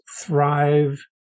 thrive